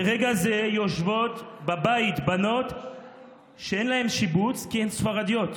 ברגע זה יושבות בבית בנות שאין להן שיבוץ כי הן ספרדיות.